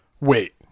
wait